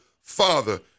Father